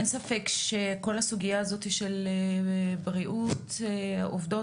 אין ספק שכל הסוגיה הזאת של בריאות עובדות